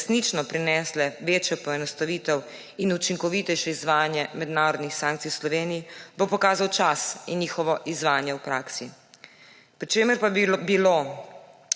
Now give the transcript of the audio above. resnično prinesle večjo poenostavitev in učinkovitejše izvajanje mednarodnih sankcij v Sloveniji, bo pokazal čas in njihovo izvajanje v praksi. Pri čemer pa bi